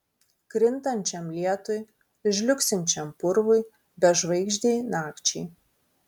krintančiam lietui žliugsinčiam purvui bežvaigždei nakčiai